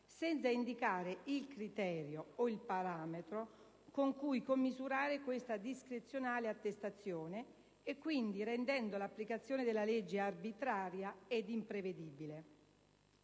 senza indicare il criterio o il parametro con cui commisurare questa discrezionale attestazione, e quindi rendendo l'applicazione della legge arbitraria ed imprevedibile.